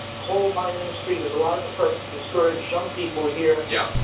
coal-mining industry. there's a lot of depressed, discouraged young people here. yeah.